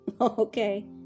Okay